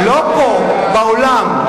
לא פה, בעולם.